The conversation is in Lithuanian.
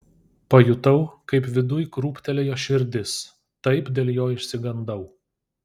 pajutau kaip viduj krūptelėjo širdis taip dėl jo išsigandau